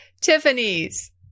Tiffany's